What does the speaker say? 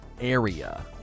area